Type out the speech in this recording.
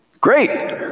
great